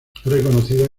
reconocida